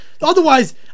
Otherwise